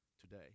today